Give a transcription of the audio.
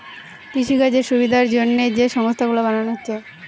কৃষিকাজের সুবিধার জন্যে যে সংস্থা গুলো বানানা হচ্ছে